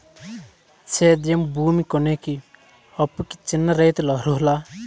సేద్యం భూమి కొనేకి, అప్పుకి చిన్న రైతులు అర్హులా?